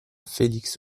félix